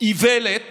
איוולת